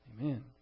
Amen